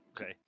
Okay